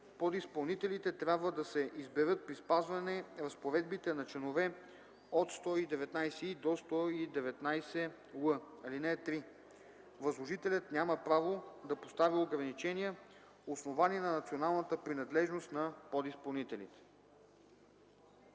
подизпълнителите трябва да се изберат при спазване разпоредбите на чл. 119и–119л. (3) Възложителят няма право да поставя ограничения, основани на националната принадлежност на подизпълнителите.